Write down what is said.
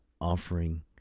offering